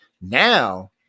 Now